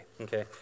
okay